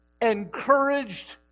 encouraged